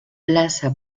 plaça